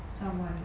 someone